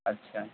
আচ্ছা